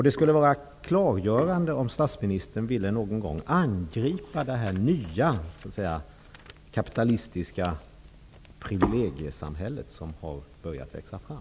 Det skulle vara klargörande om statsministern någon gång ville angripa det nya kapitalistiska privilegiesamhälle som har börjat växa fram.